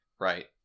Right